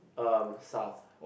um south